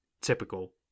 Typical